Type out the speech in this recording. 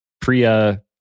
Priya